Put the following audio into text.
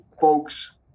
folks